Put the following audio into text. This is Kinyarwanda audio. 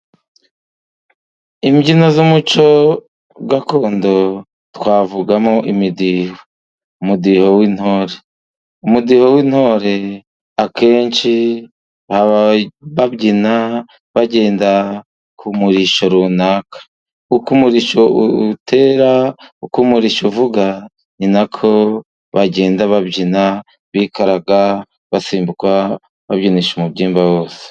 Imbyino z'umuco gakondo twavugamo imidiho, umudiho w'intore. Umudiho w'intore akenshi baba babyina bagenda ku murishyo runaka ,uko umurishyo utera uko umurishyo uvuga, ni n'ako bagenda babyina bikaraga basimbuka, babyinisha umubyimba wose.